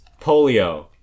polio